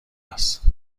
است